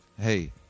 Hey